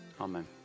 Amen